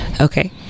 Okay